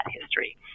history